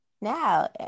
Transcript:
Now